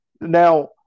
Now